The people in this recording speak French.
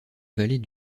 vallée